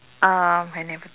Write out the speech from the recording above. um I never